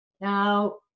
Now